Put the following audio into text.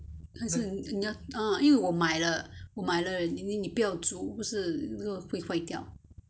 还是怎样 oh 因为我买了我买了 then then 你不要煮 then 不是会坏掉